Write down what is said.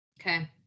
Okay